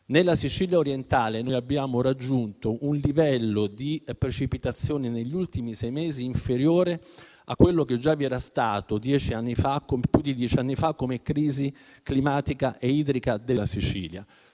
Nella Sicilia orientale, abbiamo raggiunto un livello di precipitazioni, negli ultimi sei mesi, inferiore a quello che già vi era stato, più di dieci anni fa, con la crisi climatica e idrica della Sicilia.